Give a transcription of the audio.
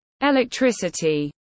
electricity